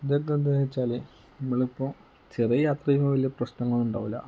ഇതൊക്കെ എന്താണെന്നു വെച്ചാൽ നമ്മളിപ്പോൾ ചെറിയ യാത്ര ചെയ്യുമ്പോൾ വലിയ പ്രശ്നങ്ങൾ ഉണ്ടാകില്ല